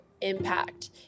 impact